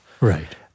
Right